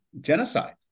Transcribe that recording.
genocide